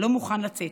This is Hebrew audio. לא מוכן לצאת.